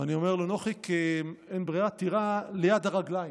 אני אומר לו: נוחיק, אין ברירה, תירה ליד הרגליים.